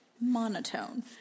Monotone